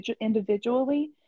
individually